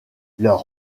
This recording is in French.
leurs